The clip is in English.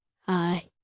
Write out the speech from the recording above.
Hi